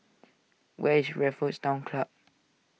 where is Raffles Town Club